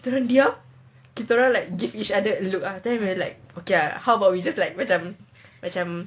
kita orang diam kita orang like give each other a look ah then like okay ah how about we just like macam macam